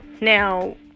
Now